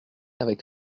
avec